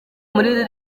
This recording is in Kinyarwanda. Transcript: muri